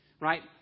Right